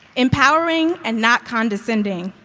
empowering and not condescending,